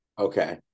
Okay